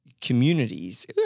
Communities